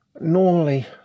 Normally